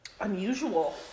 unusual